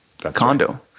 condo